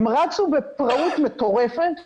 הם רצו בפראות מטורפת